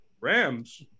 Rams